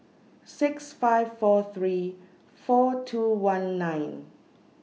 six five four three four two one nine